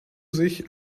sich